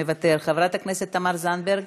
מוותר, חברת הכנסת תמר זנדברג,